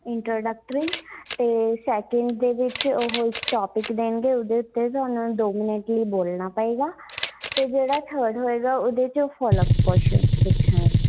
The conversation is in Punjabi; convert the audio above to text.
ਇੰਟਰੋਡਕਟਰੀ ਅਤੇ ਸੈਕਿੰਡ ਦੇ ਵਿੱਚ ਉਹ ਇੱਕ ਟੋਪਿਕ ਦੇਣਗੇ ਉਹਦੇ ਉੱਤੇ ਤੁਹਾਨੂੰ ਦੋ ਮਿੰਨਟ ਲਈ ਬੋਲ਼ਣਾ ਪਏਗਾ ਅਤੇ ਜਿਹੜਾ ਥਰਡ ਹੋਏਗਾ ਉਹਦੇ 'ਚ ਫੋਲੋ ਅੱਪ ਕੁਆਸ਼ਨਜ਼ ਪੁੱਛਣਗੇ